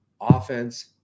offense